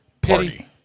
Pity